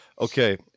okay